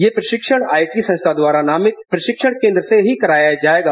यह प्रशिक्षण आईटी संस्था द्वारा नामित प्रशिक्षण केंद्र से ही कराया जाएगा